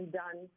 done